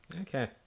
Okay